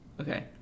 Okay